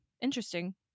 interesting